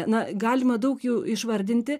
na galima daug jų išvardinti